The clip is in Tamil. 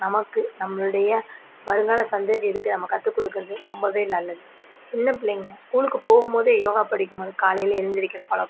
நமக்கு நம்மளுடைய வருங்காலம் சந்ததிக்கு நம்ம கற்றுகுடுக்குறது ரொம்ப நல்லது சின்ன பிள்ளைங்கள் ஸ்கூலுக்கு போகும் போது யோகா படிக்கும் போது காலையில் எழுந்திரிக்கிற பழக்கம்